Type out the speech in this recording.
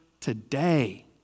today